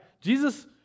Jesus